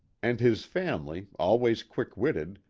and his family, always quick-witted,